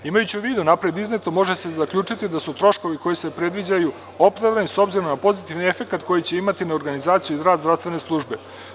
Imajući u vidu napred izneto, može se zaključiti da su troškovi koji se predviđaju opravdani, s obzirom na pozitivan efekat koji će imati na organizaciji i rad zdravstvene službe.